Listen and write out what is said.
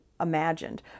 imagined